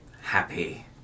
happy